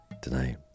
tonight